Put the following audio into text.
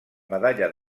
medalla